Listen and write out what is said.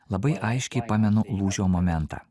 labai aiškiai pamenu lūžio momentą